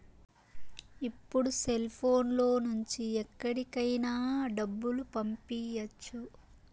ఇప్పుడు సెల్ఫోన్ లో నుంచి ఎక్కడికైనా డబ్బులు పంపియ్యచ్చు